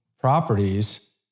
properties